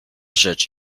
rzecz